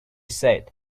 said